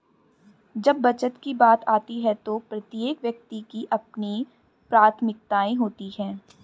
जब बचत की बात आती है तो प्रत्येक व्यक्ति की अपनी प्राथमिकताएं होती हैं